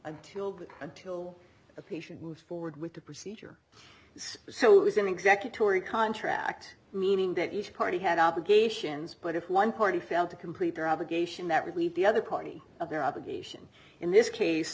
until until the patient moves forward with the procedure space so it was an executor or a contract meaning that each party had obligations but if one party failed to complete their obligation that relieved the other party of their obligation in this case